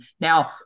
Now